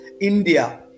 India